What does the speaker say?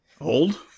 Old